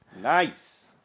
Nice